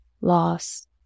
Loss